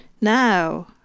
Now